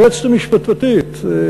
היועצת המשפטית דרורה ליפשיץ,